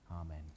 Amen